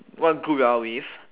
what group you're out with